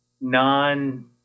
non